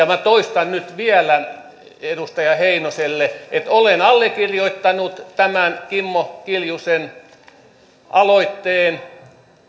minä toistan nyt vielä edustaja heinoselle olen allekirjoittanut tämän kimmo kiljusen aloitteen